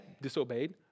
disobeyed